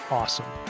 awesome